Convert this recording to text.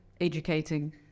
Educating